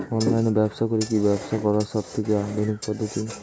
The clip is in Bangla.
অনলাইন ব্যবসা করে কি ব্যবসা করার সবথেকে আধুনিক পদ্ধতি?